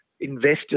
investors